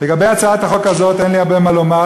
לגבי הצעת החוק הזאת אין לי הרבה מה לומר,